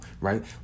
right